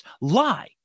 lie